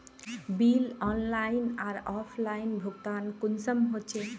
Bill online आर offline भुगतान कुंसम होचे?